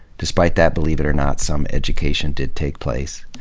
despite that believe it or not, some education did take place.